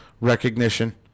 recognition